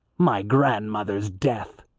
my grandmother's death!